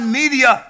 media